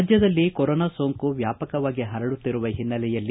ರಾಜ್ಯದಲ್ಲಿ ಕೊರೋನಾ ಸೋಂಕು ವ್ಯಾಪಕವಾಗಿ ಪರಡುತ್ತಿರುವ ಹಿನ್ನೆಲೆಯಲ್ಲಿ